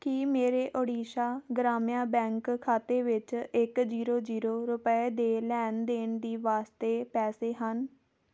ਕੀ ਮੇਰੇ ਓਡੀਸ਼ਾ ਗ੍ਰਾਮਿਆ ਬੈਂਕ ਖਾਤੇ ਵਿੱਚ ਇੱਕ ਜੀਰੋ ਜੀਰੋ ਰੁਪਏ ਦੇ ਲੈਣ ਦੇਣ ਦੇ ਵਾਸਤੇ ਪੈਸੇ ਹਨ